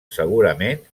segurament